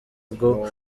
bwo